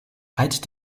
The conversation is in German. halt